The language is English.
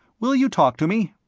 will you talk to me?